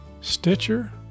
Stitcher